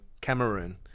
cameroon